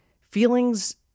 Feelings